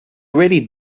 really